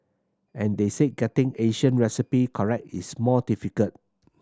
and they say getting Asian recipe correct is more difficult